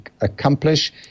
accomplish